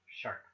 Sharp